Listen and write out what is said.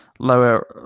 lower